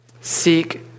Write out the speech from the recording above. seek